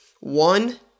One